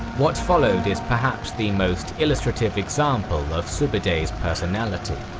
what followed is perhaps the most illustrative example of sube'etei's personality.